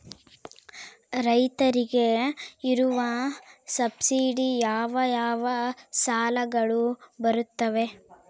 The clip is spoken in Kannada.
ರೈತರಿಗೆ ಇರುವ ಸಬ್ಸಿಡಿ ಯಾವ ಯಾವ ಸಾಲಗಳು ಬರುತ್ತವೆ?